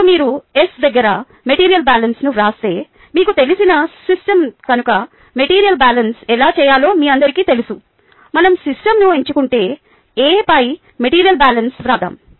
ఇప్పుడు మీరు S దగ్గర మెటీరియల్ బ్యాలెన్స్ను వ్రాస్తే మీకు తెలిసిన సిస్టమ్ కనుక మెటీరియల్ బ్యాలెన్స్ ఎలా చేయాలో మీ అందరికీ తెలుసు మనం సిస్టమ్ను ఎంచుకుంటే A పై మెటీరియల్ బ్యాలెన్స్ వ్రాద్దాం